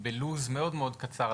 בלו"ז מאוד קצר.